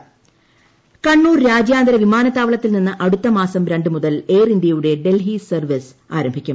കണ്ണൂർ വിമാനത്താവളം കണ്ണൂർ രാജ്യാന്തര വിമാനത്താവളത്തിൽ നിന്ന് അടുത്ത മാസം രണ്ടു മുതൽ എയർ ഇന്ത്യയുടെ ഡൽഹി സർവ്വീസ് ആരംഭിക്കും